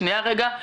שנייה, רגע.